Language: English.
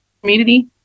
community